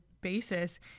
basis